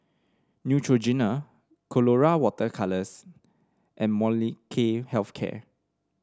Neutrogena Colora Water Colours and Molnylcke Health Care